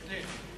בהחלט.